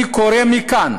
אני קורא מכאן